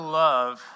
love